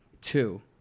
Two